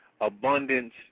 abundance